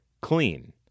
clean